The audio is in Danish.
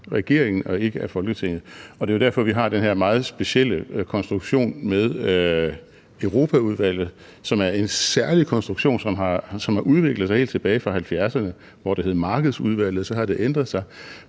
regeringen og ikke af Folketinget. Det er jo derfor, vi har den her meget specielle konstruktion med Europaudvalget, som er en særlig konstruktion, som har udviklet sig helt tilbage fra 1970'erne, hvor det hed Markedsudvalget, og så har det ændret sig.